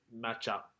matchup